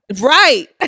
Right